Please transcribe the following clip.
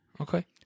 Okay